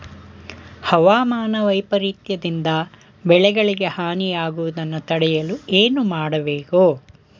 ಹವಾಮಾನ ವೈಪರಿತ್ಯ ದಿಂದ ಬೆಳೆಗಳಿಗೆ ಹಾನಿ ಯಾಗುವುದನ್ನು ತಡೆಯಲು ಏನು ಮಾಡಬೇಕು?